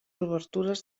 obertures